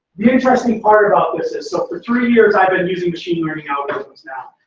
the interesting part about this is, so for three years i've been using machine learning algorithms now.